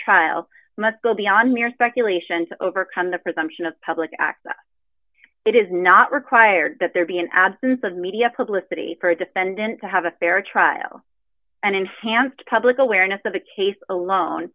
trial must go beyond mere speculation to overcome the presumption of public access it is not required that there be an absence of media publicity for a defendant to have a fair trial and enhanced public awareness of the case alone